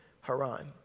Haran